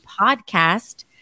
podcast